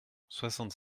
soixante